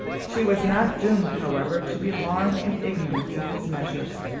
she was not doomed, however, to be long in ignorance of his measures.